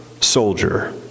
soldier